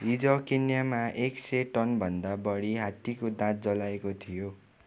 हिजो केन्यामा एक सय टनभन्दा बढी हात्तीको दाँत जलाइएको थियो